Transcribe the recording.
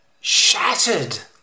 shattered